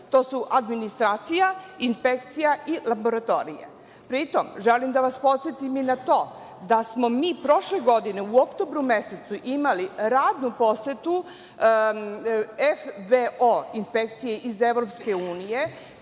To su administracija, inspekcija i laboratorija. Pri tom, želim da vas podsetim i na to da smo mi prošle godine u oktobru mesecu imali radnu posetu FBO, inspekcije iz EU,